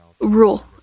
rule